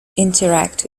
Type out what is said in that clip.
interact